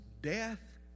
death